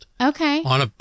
Okay